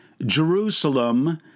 Jerusalem